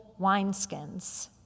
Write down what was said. wineskins